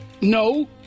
No